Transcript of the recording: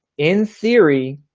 in theory,